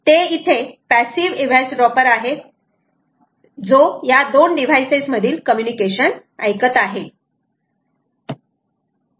इथे passive eavesdropper आहे जो या दोन डिव्हाईसेस मधील कम्युनिकेशन ऐकत आहे